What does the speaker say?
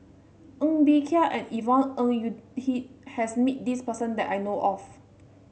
Ng Bee Kia and Yvonne Ng Uhde has meet this person that I know of